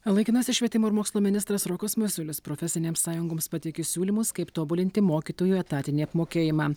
laikinasis švietimo ir mokslo ministras rokas masiulis profesinėms sąjungoms pateikė siūlymus kaip tobulinti mokytojų etatinį apmokėjimą